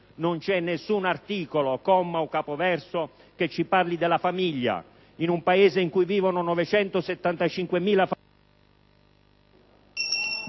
Non c'è nessun articolo, comma o capoverso, che ci parli della famiglia, in un Paese in cui vivono 975.000 famiglie...